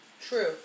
True